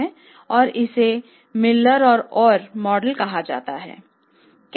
एक और मॉडल कहा जाता है